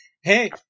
hey